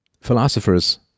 Philosophers